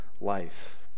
life